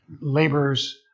laborers